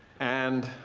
and,